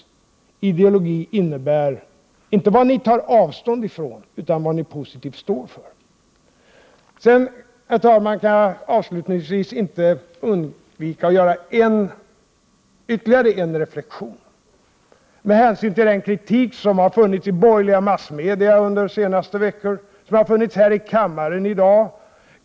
Vi vill inte veta vad ni tar avstånd från utan vad ni positivt står för. Herr talman! Jag kan avslutningsvis inte undvika att göra ytterligare en reflexion. Det har framkommit kritik i borgerliga massmedia under de senaste veckorna, och det har kommit fram kritik i kammaren i dag.